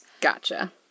Gotcha